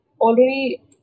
already